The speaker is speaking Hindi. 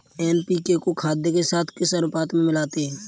एन.पी.के को खाद के साथ किस अनुपात में मिलाते हैं?